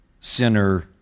sinner